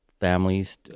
families